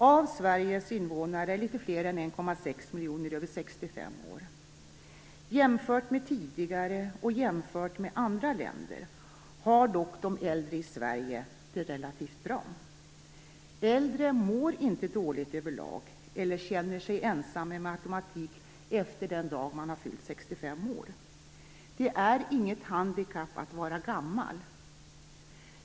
Av Sveriges invånare är litet fler än 1,6 miljoner över 65 år. Jämfört med tidigare och jämfört med andra länder har dock de äldre i Sverige det relativt bra. Äldre mår inte dåligt över lag, eller känner sig ensamma med automatik efter den dag de har fyllt 65 år. Det är inget handikapp att vara gammal.